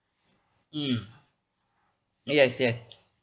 mm yes yes